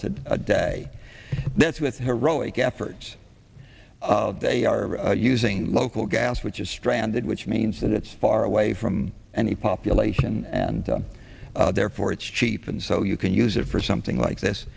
oil a day that's with the heroic efforts of they are using local gas which is stranded which means that it's far away from any population and therefore it's cheap and so you can use it for something like this